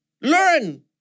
Learn